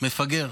"מפגר",